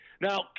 Now